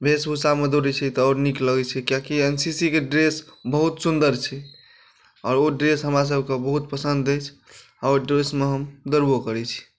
वेशभूषामे दौड़ै छी तऽ आओर नीक लगै छै कियाकि एन सी सी के ड्रेस बहुत सुन्दर छै आओर ओ ड्रेस हमरासबके बहुत पसन्द अछि आओर ओ ड्रेसमे हम दौड़बो करै छी